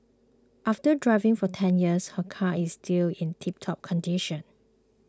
after driving for ten years her car is still in tiptop condition